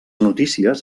notícies